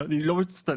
ואני לא מצטנע.